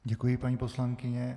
Děkuji, paní poslankyně.